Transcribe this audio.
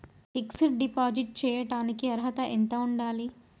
Fix డ్ deposit చేయటానికి అర్హత ఎంత ఉండాలి?